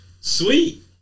sweet